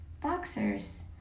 boxers